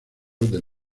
del